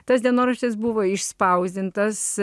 tas dienoraštis buvo išspausdintas